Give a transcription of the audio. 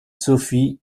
sophie